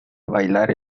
bailar